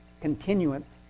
continuance